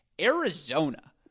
Arizona –